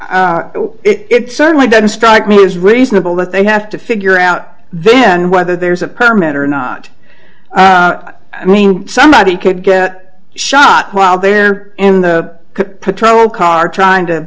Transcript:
it certainly doesn't strike me as reasonable that they have to figure out this and whether there's a permit or not i mean somebody could get shot while they're in the patrol car trying to